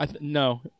No